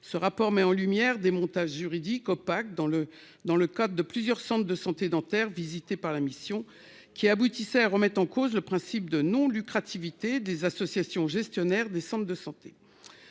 Ce rapport met en lumière des montages juridiques opaques dans le, dans le cas de plusieurs centres de santé dentaires visités par la mission qui aboutissait à remettre en cause le principe de non-lucrative IT des associations gestionnaires des centres de santé.